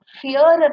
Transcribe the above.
fear